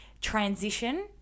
transition